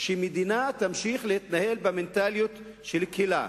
שהמדינה תמשיך להתנהל במנטליות של קהילה.